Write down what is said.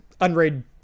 unraid